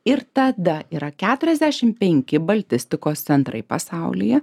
ir tada yra keturiasdešim penki baltistikos centrai pasaulyje